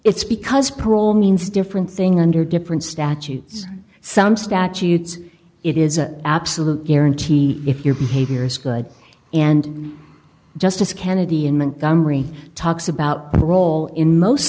it's because parole means different thing under different statutes some statutes it is an absolute guarantee if your behavior is good and justice kennedy in montgomery talks about the role in most